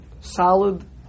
solid